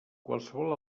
qualsevol